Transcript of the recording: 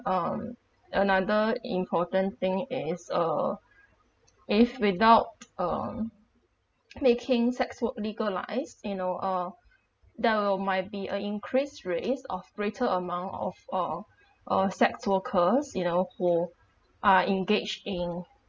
um another important thing is uh if without um making sex work legalised you know uh there will might be a increase rates of greater amount of uh uh sex workers you know who are engaged in